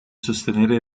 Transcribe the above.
sostenere